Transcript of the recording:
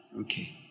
okay